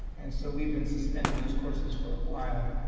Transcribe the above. and so we've been suspending those courses for a while.